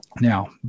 Now